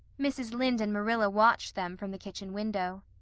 mrs. lynde and marilla watched them from the kitchen window.